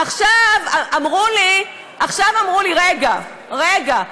עכשיו אמרו לי, רגע, רגע.